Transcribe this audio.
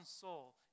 soul